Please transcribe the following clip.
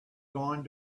going